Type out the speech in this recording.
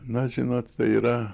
na žinot tai yra